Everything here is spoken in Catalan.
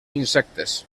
insectes